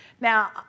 Now